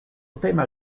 tema